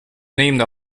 named